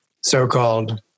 so-called